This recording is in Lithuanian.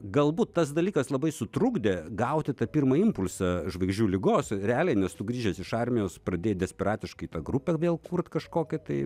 galbūt tas dalykas labai sutrukdė gauti tą pirmąjį impulsą žvaigždžių ligos realiai nes tu grįžęs iš armijos pradėt desperatiškai tą grupę vėl kurt kažkokią tai